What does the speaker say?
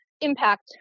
impact